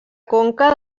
conca